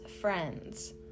friends